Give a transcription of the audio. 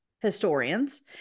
historians